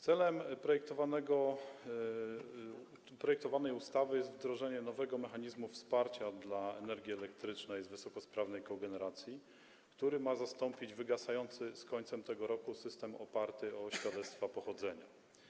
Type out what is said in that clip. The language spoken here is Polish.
Celem projektowanej ustawy jest wdrożenie nowego mechanizmu wsparcia dla energii elektrycznej z wysokosprawnej kogeneracji, który ma zastąpić wygasający z końcem tego roku system oparty na świadectwach pochodzenia.